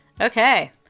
Okay